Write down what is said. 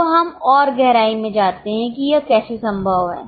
अब हम और गहराई में जाते हैं कि यह कैसे संभव है